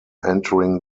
entering